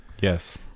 Yes